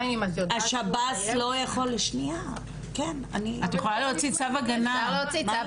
השב"ס לא יכול --- את יכולה להוציא צו הגנה.